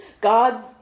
God's